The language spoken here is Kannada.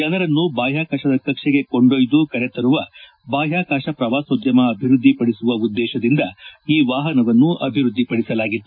ಜನರನ್ನು ಬಾಹ್ವಾಕಾಶದ ಕಕ್ಷೆಗೆ ಕೊಂಡೊಯ್ದು ಕರೆತರುವ ಬಾಹ್ವಾಕಾಶ ಪ್ರವಾಸೋದ್ದಮ ಅಭಿವೃದ್ದಿಪಡಿಸುವ ಉದ್ದೇಶದಿಂದ ಈ ವಾಹನವನ್ನು ಅಭಿವೃದ್ದಿಪಡಿಸಲಾಗಿತ್ತು